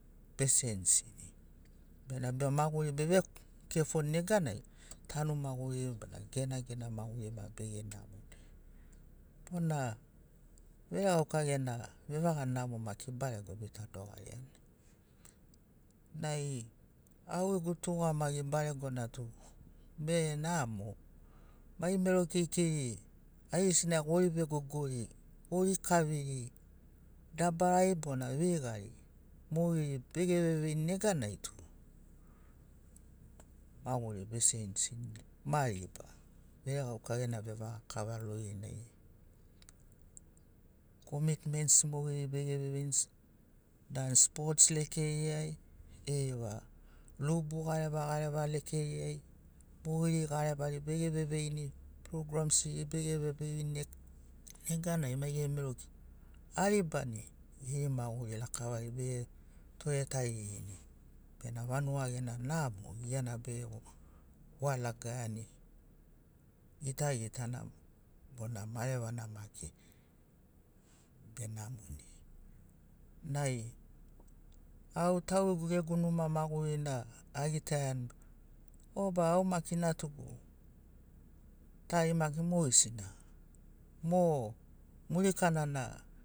Besensini bena be maguri bevekefoni neganai tanu maguriri ema genagena maguriri ma bege namoni bona veregauka gena vevaga namo maki barego bita dogariani nai au gegu tugamagi baregona tu be namo mai mero keikeiri ai gesina gori vegogori gori kaviri dabarari bona veigari mogeri bege veveini neganai tu maguri besenisini ma riba veregauka gena vevaga kava lorinai komitments mogeri bege veveini dan spots lekeriai eva gareva gareva lekeriai mogeri garevari bege veveini programsiri bege veveini neganai mai geri mero ki aribani geri maguri lakavari bege tore taririni bena vanuga gena namo giana bewa lagaiani gitagitana bona marevana maki benamoni nai au taugegu gegu numa magurina agitaiani oba au maki natugu tari maki mogesina mo murikana na